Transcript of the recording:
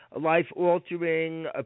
life-altering